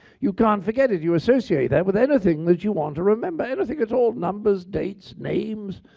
you can't forget it. you associate that with anything that you want to remember. anything at all, numbers, dates, names,